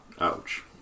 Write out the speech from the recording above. Ouch